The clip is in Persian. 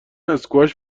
اسکواش